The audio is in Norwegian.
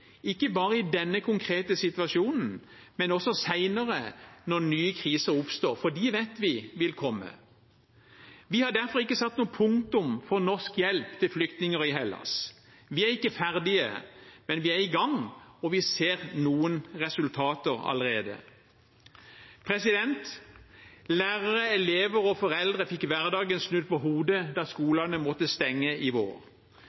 ikke bare i denne konkrete situasjonen, men også senere når nye kriser oppstår, for dem vet vi vil komme. Vi har derfor ikke satt noe punktum for norsk hjelp til flyktninger i Hellas. Vi er ikke ferdige, men vi er i gang, og vi ser noen resultater allerede. Lærere, elever og foreldre fikk hverdagen snudd på hodet da skolene måtte stenge i vår.